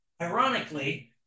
ironically